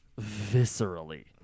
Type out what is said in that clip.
viscerally